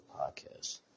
Podcast